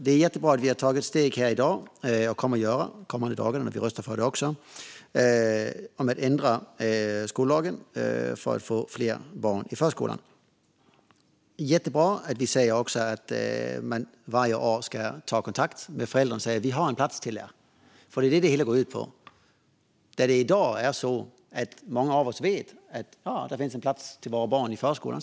Det är jättebra att vi har tagit steg här i dag och att vi också kommer att rösta för att ändra skollagen för att få fler barn i förskolan. Det är också jättebra att vi säger att man varje år ska ta kontakt med föräldrarna och säga "Vi har en plats till er", för det är det det hela går ut på. I dag vet många av oss att det finns en plats till våra barn i förskolan.